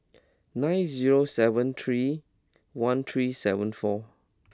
nine zero seven three one three seven four